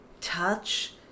touch